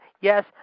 yes